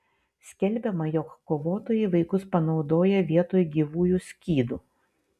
skelbiama jog kovotojai vaikus panaudoja vietoj gyvųjų skydų